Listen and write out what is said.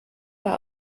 war